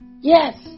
Yes